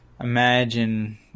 imagine